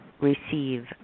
receive